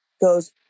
goes